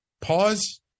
pause